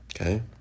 Okay